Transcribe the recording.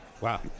Wow